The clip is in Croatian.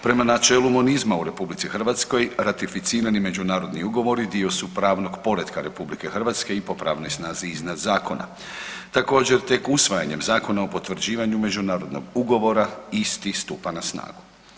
Prema načelu monizma u RH, ratificirani međunarodni ugovori dio su pravnog poretka RH i po pravnoj snazi iznad zakona. također, te usvajanjem Zakona o potvrđivanju međunarodnog ugovora, isti stupa na snagu.